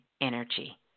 energy